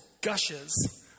gushes